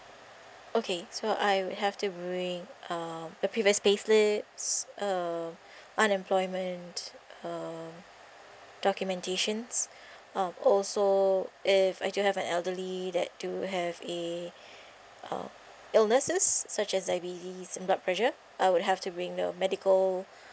okay so I would have to be bring um the previous payslips uh unemployment uh documentations um also if I do have an elderly that do have a um illnesses such as diabetes and blood pressure I would have to bring the medical